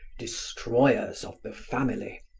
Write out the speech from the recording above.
destroyers of the family,